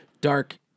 dark